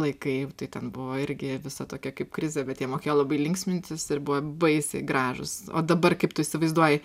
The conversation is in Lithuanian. laikai tai ten buvo irgi visa tokia kaip krizė bet jie mokėjo labai linksmintis ir buvo baisiai gražūs o dabar kaip tu įsivaizduoji